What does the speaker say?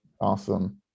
Awesome